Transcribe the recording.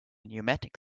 pneumatic